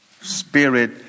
Spirit